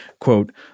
Quote